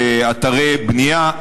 באתרי בנייה.